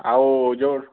ଆଉ ଯେଉଁ